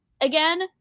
again